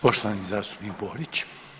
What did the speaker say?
Poštovani zastupnik Borić.